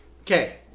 Okay